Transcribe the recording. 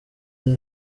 yari